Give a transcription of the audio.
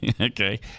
Okay